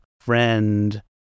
friend